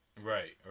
Right